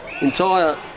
entire